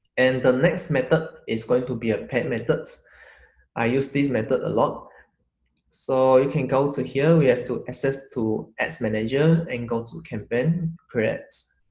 and the next method is going to be a paid methods i use this method a lot so you can go here. we have to access to ads manager and go to campaign create